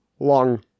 Long